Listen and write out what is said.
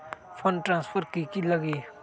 Fund transfer कि की लगी?